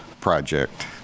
Project